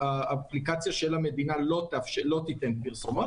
האפליקציה של המדינה לא תיתן פרסומות.